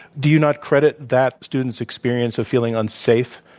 do you not credit that student's experience of feeling unsafe?